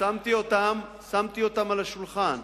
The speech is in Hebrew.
שמתי אותן על השולחן,